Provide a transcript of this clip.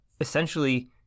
essentially